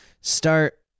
start